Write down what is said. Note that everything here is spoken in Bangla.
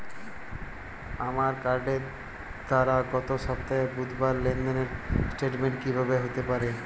আমার কার্ডের দ্বারা গত সপ্তাহের বুধবারের লেনদেনের স্টেটমেন্ট কীভাবে হাতে পাব?